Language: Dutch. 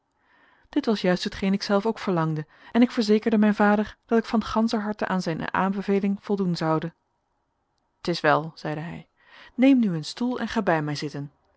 dit was juist hetgeen ik zelf ook verlangde en ik verzekerde mijn vader dat ik van ganscher harte aan zijne aanbeveling voldoen zoude t is wel zeide hij neem nu een stoel en ga bij mij zitten